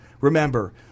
Remember